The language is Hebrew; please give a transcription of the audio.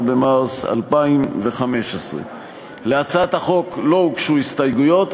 17 במרס 2015. להצעת החוק לא הוגשו הסתייגויות,